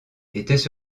étaient